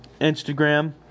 Instagram